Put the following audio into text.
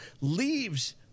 leaves